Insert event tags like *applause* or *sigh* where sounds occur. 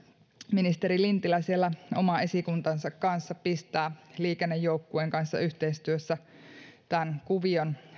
ministeri lintilä oman esikuntansa kanssa *unintelligible* liikennejoukkueen kanssa yhteistyössä pistää tämän kuvion